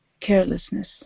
carelessness